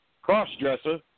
Cross-dresser